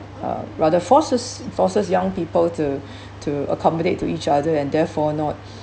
uh rather forces forces young people to to accommodate to each other and therefore not